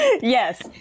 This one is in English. Yes